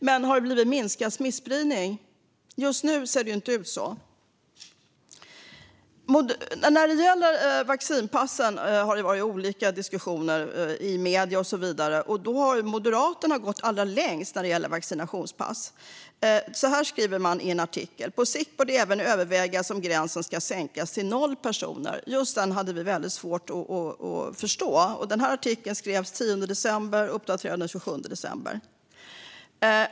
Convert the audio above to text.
Men har det blivit en minskad smittspridning? Just nu ser det inte ut så. När det gäller vaccinpassen har det förekommit olika diskussioner i medier och så vidare. Moderaterna har gått allra längst när det gäller vaccinationspass. Så här skriver man i en artikel: "På sikt bör det även övervägas om gränsen ska sänkas till noll personer." Just detta hade vi väldigt svårt att förstå. Denna artikel skrevs den 10 december och uppdaterades den 27 december.